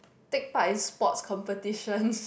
take part in sports competition